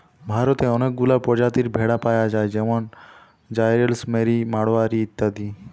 ভারতে অনেকগুলা প্রজাতির ভেড়া পায়া যায় যেরম জাইসেলমেরি, মাড়োয়ারি ইত্যাদি